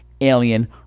alien